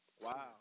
Wow